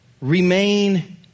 Remain